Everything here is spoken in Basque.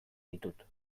ditut